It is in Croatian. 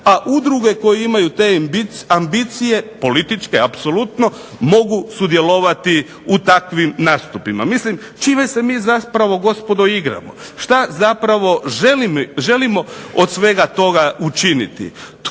a udruge koje imaju te ambicije političke apsolutno mogu sudjelovati u takvim nastupima. Mislim, čime se mi zapravo gospodo igramo? Što zapravo želimo od svega toga učiniti?